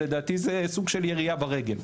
לדעתי זה סוג של ירייה ברגל.